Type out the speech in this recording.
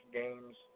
games